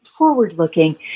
forward-looking